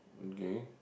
okay